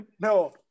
No